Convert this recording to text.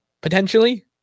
potentially